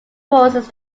forces